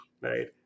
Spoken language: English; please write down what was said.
right